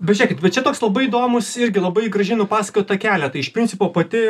bet žiūrėkit va čia toks labai įdomūs irgi labai gražiai nupasakota keletą iš principo pati